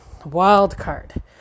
Wildcard